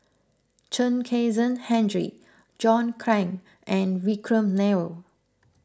Chen Kezhan Henri John Clang and Vikram Nair